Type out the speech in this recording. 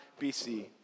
BC